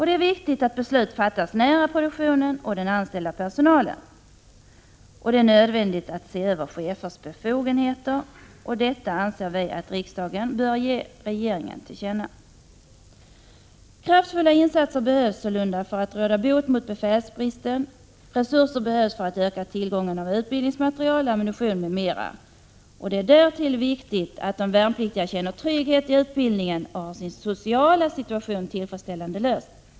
Det är viktigt att beslut fattas nära produktionen och den anställda personalen. Det är nödvändigt att se över chefers befogenheter. Detta anser vi att riksdagen bör ge regeringen till känna. Kraftfulla insatser behövs sålunda för att råda bot på befälsbristen. Resurser behövs också för att öka tillgången på utbildningsmaterial, ammunition m.m. Det är därtill viktigt att de värnpliktiga känner trygghet i utbildningen och har sin sociala situation tillfredsställande löst.